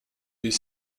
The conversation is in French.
est